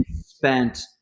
spent